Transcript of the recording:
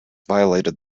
violated